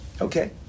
Okay